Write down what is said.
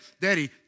Daddy